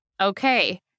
Okay